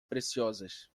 preciosas